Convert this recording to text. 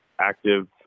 active